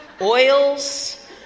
oils